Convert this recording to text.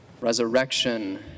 Resurrection